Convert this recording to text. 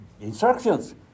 instructions